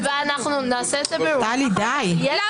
לאט-לאט.